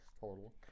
total